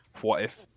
what-if